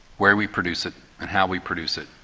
where we produce it and how we produce it,